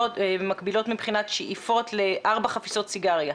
הן מקבילות מבחינת שאיפות לארבע חפיסות סיגריה.